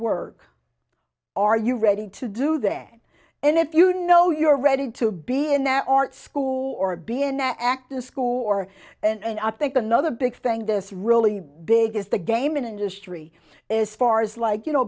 work are you ready to do that and if you know you're ready to be in our art school or be an actor school or and i think another big thing this really big is the gaming industry as far as like you know